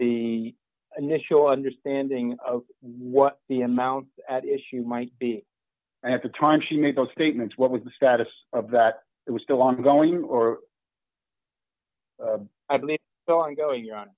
the initial understanding of what the amount at issue might be at the trunk she made those statements what was the status of that it was still ongoing or i believe so i'm going